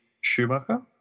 Schumacher